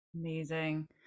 Amazing